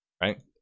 right